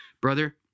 Brother